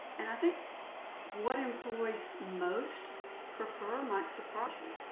and i think what employees most prefer might surprise you.